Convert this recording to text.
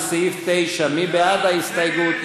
לסעיף 9. מי בעד ההסתייגות?